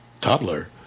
toddler